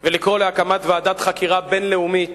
ולקרוא להקמת ועדת חקירה בין-לאומית